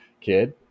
kid